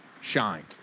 shine